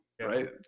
right